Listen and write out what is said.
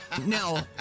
Now